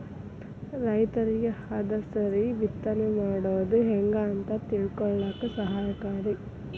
ರೈತರಿಗೆ ಹದಸರಿ ಬಿತ್ತನೆ ಮಾಡುದು ಹೆಂಗ ಅಂತ ತಿಳಕೊಳ್ಳಾಕ ಸಹಾಯಕಾರಿ